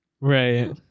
right